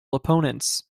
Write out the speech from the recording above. opponents